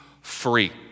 free